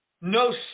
no